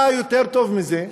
מה יותר טוב מזה?